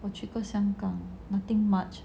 我去过香港 nothing much